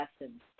lessons